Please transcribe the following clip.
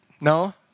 No